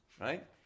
right